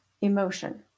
emotion